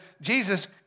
Jesus